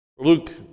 Luke